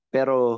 Pero